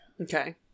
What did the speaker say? Okay